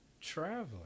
traveling